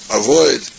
avoid